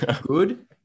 good